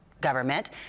government